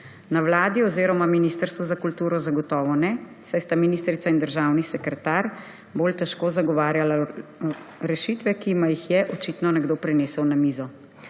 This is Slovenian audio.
Na vladi oziroma ministrstvu za kulturo zagotovo ne, saj sta ministrica in državni sekretar bolj težko zagovarjala rešitve, ki jima jih je očitno nekdo prinesel na mizo.